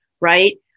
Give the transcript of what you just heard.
right